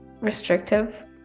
restrictive